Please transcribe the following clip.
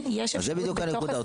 זה בדיוק הנקודה,